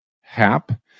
Hap